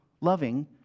loving